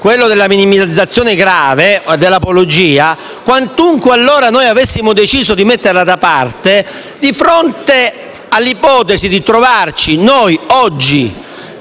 quella della minimizzazione grave o dell'apologia (quantunque allora noi avessimo deciso di metterla da parte), di fronte all'ipotesi di trovarci in